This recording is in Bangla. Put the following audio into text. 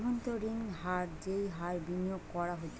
অব্ভন্তরীন হার যেই হার বিনিয়োগ করা হতিছে